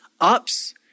ups